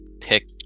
pick